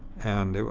and you